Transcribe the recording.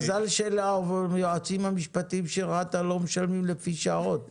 מזל שליועצים המשפטיים של רת"א לא משלמים לפי שעות.